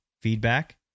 feedback